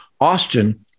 Austin